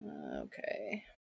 okay